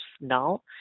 now